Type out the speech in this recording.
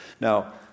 Now